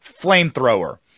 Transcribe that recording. flamethrower